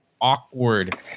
awkward